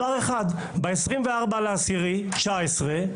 ב-24 באוקטובר 2019,